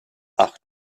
acht